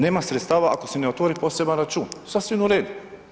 Nema sredstava ako se ne otvori poseban račun, sasvim u redu.